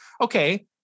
Okay